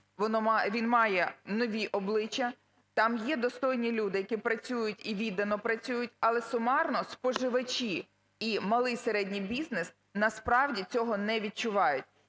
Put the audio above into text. він має нові обличчя, там є достойні люди, які працюють і віддано працюють, але сумарно споживачі і малий, і середній бізнес, насправді, цього не відчувають.